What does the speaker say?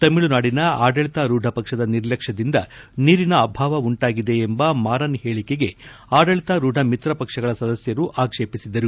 ತಮಿಳುನಾಡಿನ ಆಡಳಿತಾರೂಢ ಪಕ್ಷದ ನಿರ್ಲಕ್ಷ್ಟದಿಂದ ನೀರಿನ ಅಭಾವ ಉಂಟಾಗಿದೆ ಎಂಬ ಮಾರನ್ ಹೇಳಿಕೆಗೆ ಆಡಳಿತಾರೂಢ ಮಿತ್ರ ಪಕ್ಷಗಳ ಸದಸ್ಯರು ಆಕ್ಷೇಪಿಸಿದರು